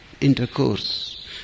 intercourse